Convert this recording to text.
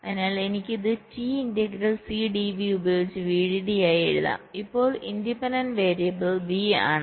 അതിനാൽ എനിക്ക് ഇത് t ഇന്റഗ്രൽ C dV ഉപയോഗിച്ച് VDD ആയി എഴുതാം ഇപ്പോൾ ഇൻഡിപെൻഡന്റ് വേരിയബിൾ V ആണ്